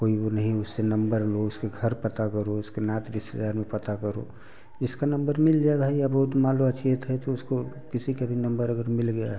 कोई वो नहीं उससे नंबर लो उसके घर पता करो उसके नात रिश्तेदार में पता करो जिसका नंबर मिल जाए भाई या बहुत मान लो अचेत है तो उसको किसी का भी नंबर अगर मिल गया